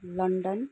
London